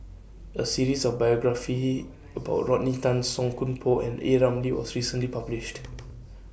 A series of biographies about Rodney Tan Song Koon Poh and A Ramli was recently published